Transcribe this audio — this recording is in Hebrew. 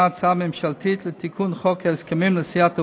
הצעה ממשלתית לתיקון חוק ההסכמים לנשיאת עוברים,